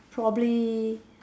probably